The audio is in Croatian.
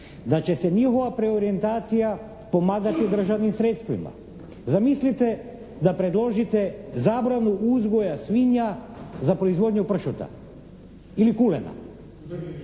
da će njihova preorijentacija pomagati državnim sredstvima. Zamislite da predložite zabranu uzgoja svinja za proizvodnju pršuta ili kulena